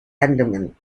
andaman